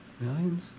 Millions